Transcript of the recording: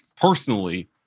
personally